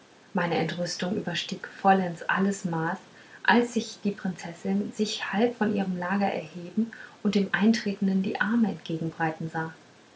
meine entrüstung überstieg vollends alles maß als ich die prinzessin sich halb von ihrem lager erheben und dem eintretenden die arme entgegenbreiten sah